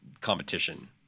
competition